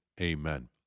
Amen